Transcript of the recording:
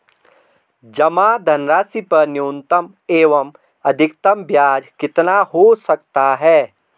जमा धनराशि पर न्यूनतम एवं अधिकतम ब्याज कितना हो सकता है?